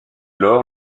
lors